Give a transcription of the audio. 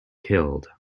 killed